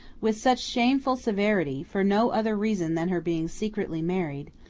with such shameful severity, for no other reason than her being secretly married,